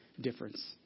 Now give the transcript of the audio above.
difference